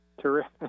Terrific